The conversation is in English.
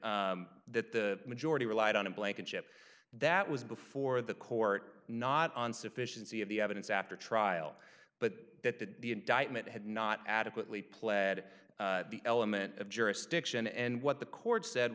that the majority relied on in blankenship that was before the court not on sufficiency of the evidence after trial but that that the indictment had not adequately pled the element of jurisdiction and what the court said